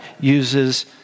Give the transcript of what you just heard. uses